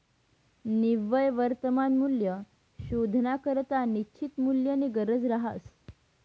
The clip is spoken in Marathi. निव्वय वर्तमान मूल्य शोधानाकरता निश्चित मूल्यनी गरज रहास